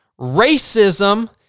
racism